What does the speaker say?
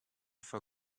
for